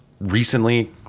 Recently